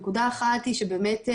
נקודה אחת היא שבאמת,